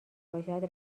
باشد